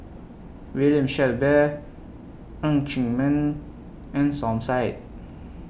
William Shellabear Ng Chee Meng and Som Said